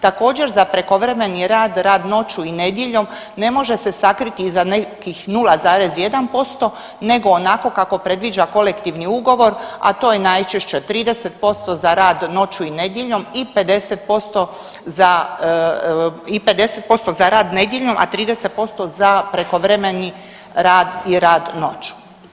Također, za prekovremeni rad, rad noću i nedjeljom ne može se sakriti iza nekih 0,1% nego onako kako predviđa kolektivni ugovor, a to je najčešće 30% za rad noću i nedjeljom i 50% za rad nedjeljom, a 30% za prekovremeni rad i rad noću.